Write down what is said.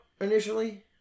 initially